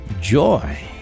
Joy